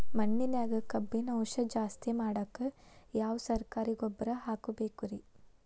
ಮಣ್ಣಿನ್ಯಾಗ ಕಬ್ಬಿಣಾಂಶ ಜಾಸ್ತಿ ಮಾಡಾಕ ಯಾವ ಸರಕಾರಿ ಗೊಬ್ಬರ ಹಾಕಬೇಕು ರಿ?